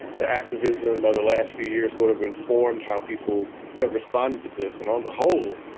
the activism of the last few years sort of informed how people have responded to this and on the whole,